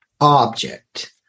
object